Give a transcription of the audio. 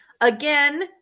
Again